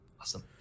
awesome